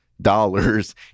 dollars